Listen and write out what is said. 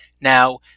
Now